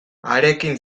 harekin